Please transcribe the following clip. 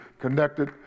connected